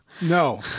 No